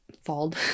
Falled